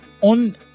on